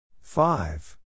Five